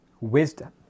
wisdom